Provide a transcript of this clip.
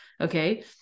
okay